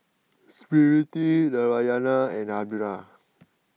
Smriti Narayana and